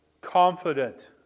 confident